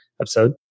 episode